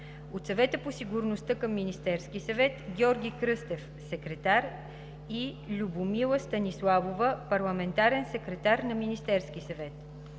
от Съвета по сигурността към Министерския съвет: Георги Кръстев – секретар, и Любомила Станиславова – парламентарен секретар на Министерския съвет.